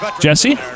Jesse